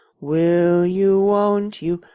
will you, won't you,